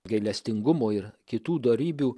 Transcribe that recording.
gailestingumo ir kitų dorybių